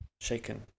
shaken